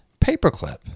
paperclip